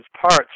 parts